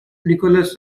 nicholas